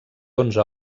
onze